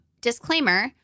Disclaimer